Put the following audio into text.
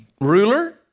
ruler